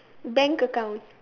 bank account